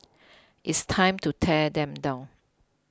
it's time to tear them down